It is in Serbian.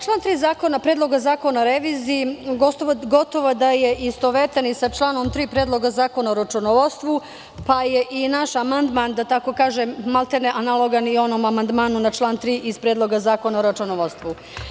Član 3. Predloga zakona o reviziji, gotovo da je istovetan i sa članom 3. Predloga zakona o računovodstvu, pa je i naš amandman, da tako kažem, maltene analogan i onom amandmanu na član 3. iz Predloga zakona o računovodstvu.